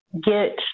get